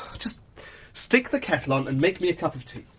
just stick the kettle on and make me a cup of tea.